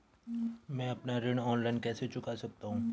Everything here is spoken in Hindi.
मैं अपना ऋण ऑनलाइन कैसे चुका सकता हूँ?